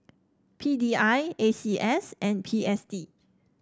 P D I A C S and P S D